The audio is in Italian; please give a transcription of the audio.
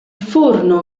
forno